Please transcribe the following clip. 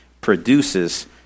produces